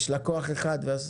יש לקוח אחד ואז